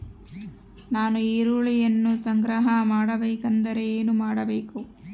ನಾನು ಈರುಳ್ಳಿಯನ್ನು ಸಂಗ್ರಹ ಮಾಡಬೇಕೆಂದರೆ ಏನು ಮಾಡಬೇಕು?